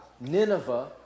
Nineveh